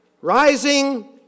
rising